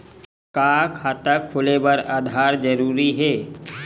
का खाता खोले बर आधार जरूरी हे?